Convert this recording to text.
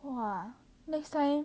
!wah! next time